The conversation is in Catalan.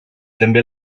també